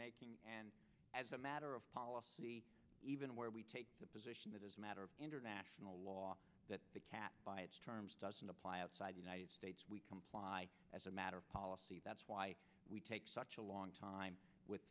making as a matter of policy even where we take the position that as a matter of international law that by its terms doesn't apply outside united states we comply as a matter of policy that's why we take such a long time with